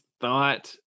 thought